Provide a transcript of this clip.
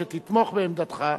שתתמוך בעמדתך,